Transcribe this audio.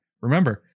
Remember